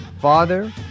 father